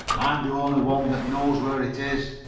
i'm the only one that knows where it is.